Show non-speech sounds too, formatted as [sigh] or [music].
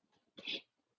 [breath]